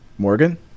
Morgan